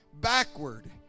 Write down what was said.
Backward